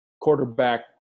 quarterback